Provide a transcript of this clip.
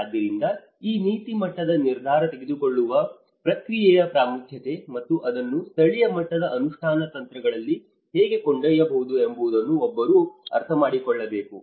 ಆದ್ದರಿಂದ ಈ ನೀತಿ ಮಟ್ಟದ ನಿರ್ಧಾರ ತೆಗೆದುಕೊಳ್ಳುವ ಪ್ರಕ್ರಿಯೆಯ ಪ್ರಾಮುಖ್ಯತೆ ಮತ್ತು ಅದನ್ನು ಸ್ಥಳೀಯ ಮಟ್ಟದ ಅನುಷ್ಠಾನ ತಂತ್ರಗಳಿಗೆ ಹೇಗೆ ಕೊಂಡೊಯ್ಯಬಹುದು ಎಂಬುದನ್ನು ಒಬ್ಬರು ಅರ್ಥಮಾಡಿಕೊಳ್ಳಬೇಕು